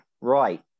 Right